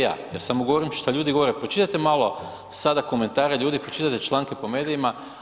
Ja samo govorim što ljudi govore, pročitajte malo sada komentare ljudi, pročitajte članke po medijima.